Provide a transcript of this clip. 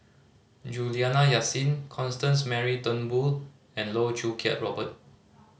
Juliana Yasin Constance Mary Turnbull and Loh Choo Kiat Robert